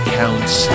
counts